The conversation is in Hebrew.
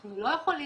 אנחנו לא יכולים